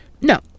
no